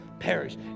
perish